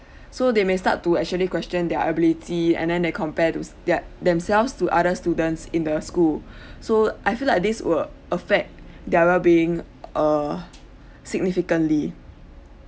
so they may start to actually question their ability and then they compare to thei~ themselves to other students in the school so I feel like this will affect their well-being err significantly